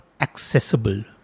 accessible